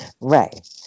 Right